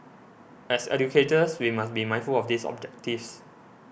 as educators we must be mindful of these objectives